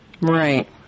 Right